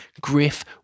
Griff